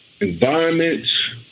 environments